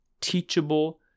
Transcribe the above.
teachable